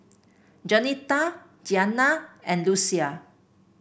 Jaunita Gianna and Lucia